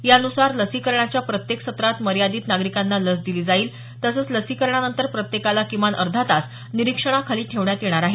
यानुसार लसीकरणाच्या प्रत्येक सत्रात मर्यादित नागरिकांना लस दिली जाईल तसंच लसीकरणानंतर प्रत्येकाला किमान अर्धा तास निरीक्षणाखाली ठेवण्यात येणार आहे